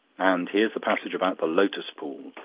and here's the passage about the lotus pool.